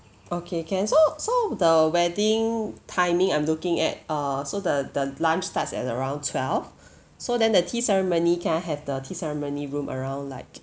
okay can so so the wedding timing I'm looking at uh so the the lunch starts at around twelve so then the tea ceremony can I have the tea ceremony room around like